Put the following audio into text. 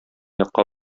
якка